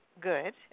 good